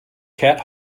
cat